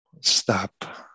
stop